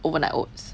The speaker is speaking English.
overnight oats